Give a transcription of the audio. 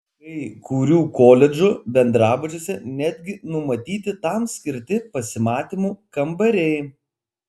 kai kurių koledžų bendrabučiuose netgi numatyti tam skirti pasimatymų kambariai